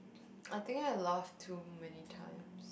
I think I laughed too many times